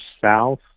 south